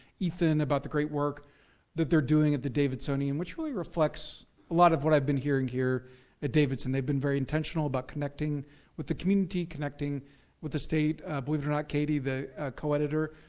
ethan, about the great work that they're doing at the davidsonian which really reflects a lot of what i've been hearing here at davidson. they've been very intentional about connecting with the community, connecting with the state. believe it or not katie, the co-editor,